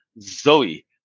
Zoe